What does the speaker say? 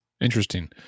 interesting